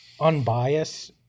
unbiased